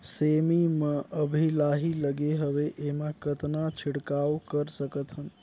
सेमी म अभी लाही लगे हवे एमा कतना छिड़काव कर सकथन?